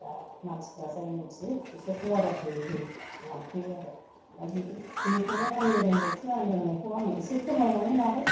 दा मानसिफोरा जाय मानसि बिसोरखौ अर्डार होयै होयै लांफैयो आरो दा बेखिनिखौनो आंनि रोंगौथि आं रोंनायखौ आं एसे फोरमायनानै लाबाय